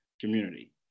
community